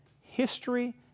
history